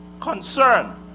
concern